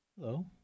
Hello